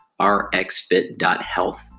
rxfit.health